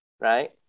right